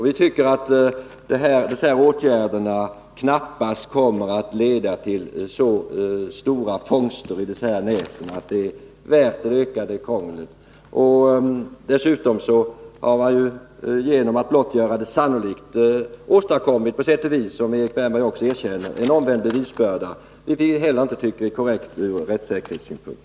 Vi tror att det som här föreslås knappast kommer att leda till så stora fångster i näten att det är värt det ökade krånglet. Dessutom har man ju, genom att använda uttrycket ”göra sannolikt”, på sätt och vis, som Erik Wärnberg också erkänner, åstadkommit en omvänd bevisbörda, vilket vi heller inte tycker är korrekt ur rättssäkerhetssynpunkt.